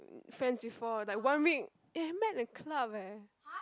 friends before like one week they met at club eh